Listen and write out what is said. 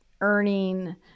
earning